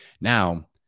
Now